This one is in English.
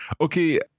Okay